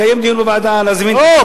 לקיים דיון בוועדה, להזמין, לא.